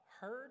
heard